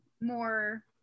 more